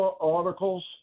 articles